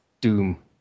doom